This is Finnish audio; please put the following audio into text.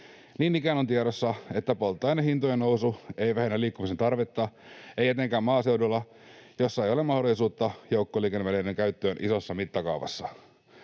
Niin ikään on tiedossa, että polttoainehintojen nousu ei vähennä liikkumisen tarvetta, ei etenkään maaseudulla, missä ei ole mahdollisuutta joukkoliikennevälineiden käyttöön isossa mittakaavassa.